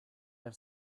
have